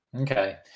Okay